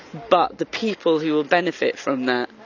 but the people who will benefit from that,